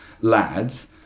lads